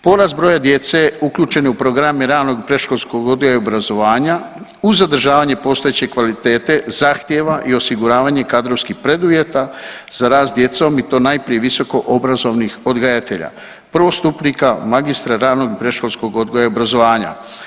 Porast broja djece uključen je u program ranog i predškolskog odgoja i obrazovanja uz zadržavanje postojeće kvalitete zahtjeva i osiguravanje kadrovskih preduvjeta za rad s djecom i to najprije visokoobrazovnih odgajatelja, prvostupnika magistra ranog i predškolskog odgoja i obrazovanja.